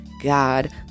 God